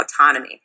autonomy